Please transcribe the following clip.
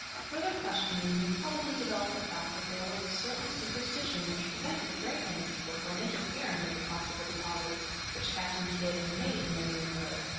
further questioning would probably develop the fact that there was a certain superstition which prevented a great many people from interfering with the possible deposits which captain kidd had made in their neighborhood,